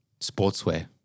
sportswear